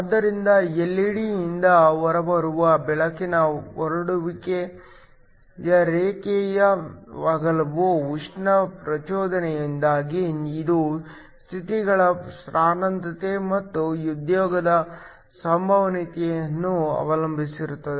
ಆದ್ದರಿಂದ ಎಲ್ಇಡಿಯಿಂದ ಹೊರಬರುವ ಬೆಳಕಿನ ಹರಡುವಿಕೆಯ ರೇಖೆಯ ಅಗಲವು ಉಷ್ಣ ಪ್ರಚೋದನೆಯಿಂದಾಗಿ ಇದು ಸ್ಥಿತಿಗಳ ಸಾಂದ್ರತೆ ಮತ್ತು ಉದ್ಯೋಗದ ಸಂಭವನೀಯತೆಯನ್ನು ಅವಲಂಬಿಸಿರುತ್ತದೆ